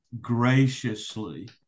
graciously